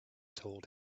told